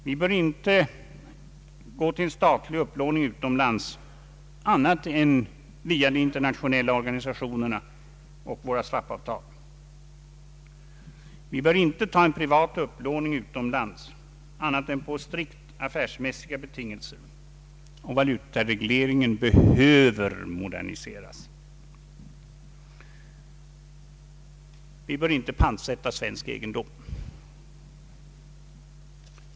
Vi bör inte ta en statlig upplåning utomlands annat än via de internationella organisationerna och våra swap-avtal. Vi bör inte ta en privat upplåning utomlands annat än på strikt affärsmässiga villkor, och valutaregleringen behöver moderniseras. Vi bör inte pantsätta svensk egendom.